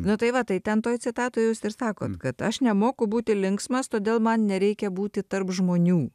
nu tai va tai ten toje citatoj ir sako kad aš nemoku būti linksmas todėl man nereikia būti tarp žmonių